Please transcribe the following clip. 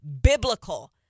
biblical